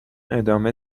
ادامه